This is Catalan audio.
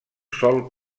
sol